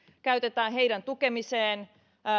käytetään heidän tukemiseensa